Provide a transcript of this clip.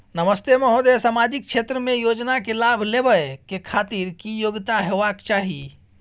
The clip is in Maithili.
नमस्ते महोदय, सामाजिक क्षेत्र के योजना के लाभ लेबै के खातिर की योग्यता होबाक चाही?